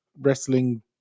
Wrestling